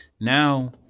now